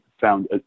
found